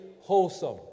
wholesome